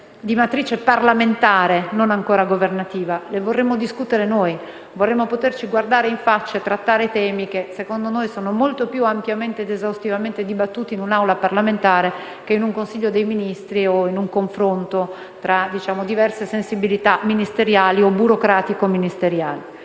di matrice parlamentare e non ancora governativa. Ne vorremmo discutere, poterci guardare in faccia e trattare temi che, secondo noi, sono dibattuti molto più ampiamente ed esaustivamente in un'Assemblea parlamentare che non in un Consiglio dei ministri o in un confronto tra diverse sensibilità ministeriali o burocratico-ministeriali.